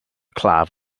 claf